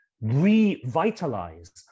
revitalize